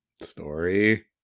Story